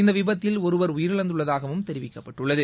இந்த விபத்தில் ஒருவர் உயிரிழந்ததாகவும் தெரிவிக்கப்பட்டுள்ளது